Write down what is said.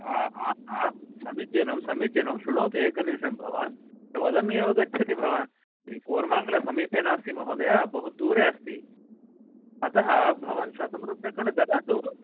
समीचीनं समीचीनं शृणोतु एकनिमेषं भवान् एवं वदन् एव गच्छति भवान् कौरमङ्गल समीपे नास्ति महोदया बहु दूरे अस्ति अतः भवान् शतरूप्यकाणि ददातु